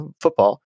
football